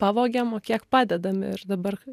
pavogiam o kiek padedam ir dabar